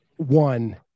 One